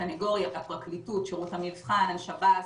סנגוריה, פרקליטות, שירות המבחן, שב"ס,